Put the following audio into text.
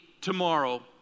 tomorrow